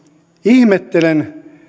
ihmettelen